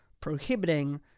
prohibiting